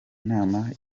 nama